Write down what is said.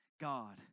God